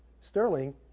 Sterling